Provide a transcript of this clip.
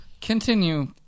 Continue